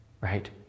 right